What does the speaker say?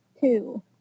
two